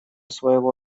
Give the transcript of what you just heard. своего